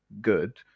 good